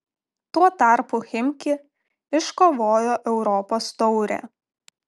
tuo tarpu chimki iškovojo europos taurę